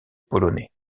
polonais